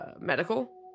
medical